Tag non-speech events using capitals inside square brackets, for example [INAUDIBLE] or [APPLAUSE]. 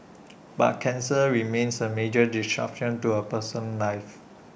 [NOISE] but cancer remains A major disruption to A person's life